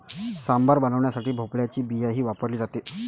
सांबार बनवण्यासाठी भोपळ्याची बियाही वापरली जाते